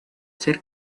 ser